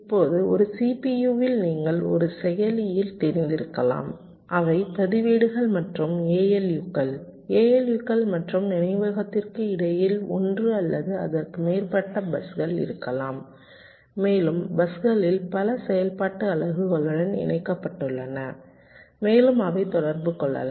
இப்போது ஒரு CPU இல் நீங்கள் ஒரு செயலியில் தெரிந்திருக்கலாம் அவை பதிவேடுகள் மற்றும் ALU கள் ALU கள் மற்றும் நினைவகத்திற்கு இடையில் 1 அல்லது அதற்கு மேற்பட்ட பஸ்கள் இருக்கலாம் மேலும் பஸ்களில் பல செயல்பாட்டு அலகுகளுடன் இணைக்கப்பட்டுள்ளன மேலும் அவை தொடர்பு கொள்ளலாம்